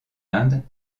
inde